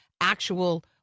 actual